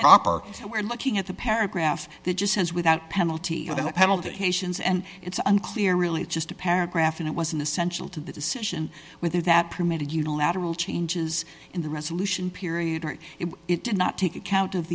proper and we're looking at the paragraph that just says without penalty without penalty haitians and it's unclear really just a paragraph and it wasn't essential to the decision whether that permitted unilateral changes in the resolution period or if it did not take account of